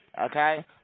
okay